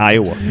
Iowa